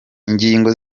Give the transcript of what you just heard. ingingo